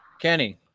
Kenny